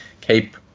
keep